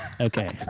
okay